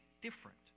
different